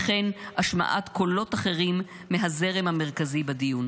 וכן השמעת קולות אחרים מהזרם המרכזי בדיון.